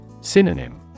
Synonym